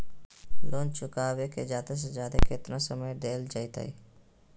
Loan चुकाबे के जादे से जादे केतना समय डेल जयते?